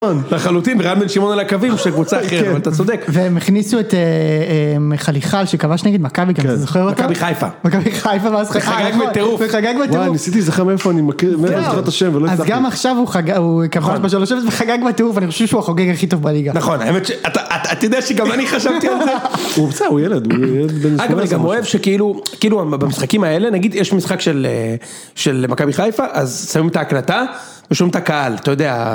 לחלוטין רן בן שמעון על הקווים של קבוצה אחרת ואתה צודק והם הכניסו את חליחל שכבש נגד מכבי חיפה, חגג בטירוף, ניסיתי לזכר מאיפה אני מכיר, אז גם עכשיו הוא חגג בטירוף, אני חושב שהוא החוגג הכי טוב בליגה, נכון את יודע שגם אני חשבתי על זה, הוא ילד, אני גם אוהב שכאילו במשחקים האלה נגיד יש משחק של מכבי חיפה אז שמים את ההקלטה ושמים את הקהל, אתה יודע.